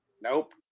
Nope